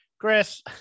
chris